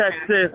Texas